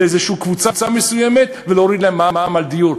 לאיזו קבוצה מסוימת ולהוריד להם מע"מ על דיור?